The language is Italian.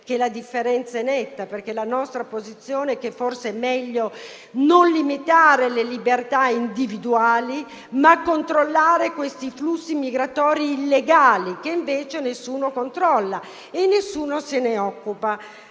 la nostra posizione è che forse è meglio non limitare le libertà individuali, ma controllare questi flussi migratori illegali che invece nessuno controlla e di cui nessuno si occupa.